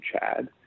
chad